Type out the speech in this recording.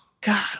God